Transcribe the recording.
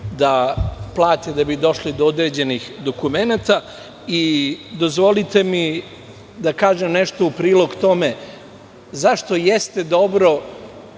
da plate da bi došli do određenih dokumenata. Dozvolite mi da kažem nešto u prilog tome zašto jeste dobro